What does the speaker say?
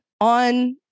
on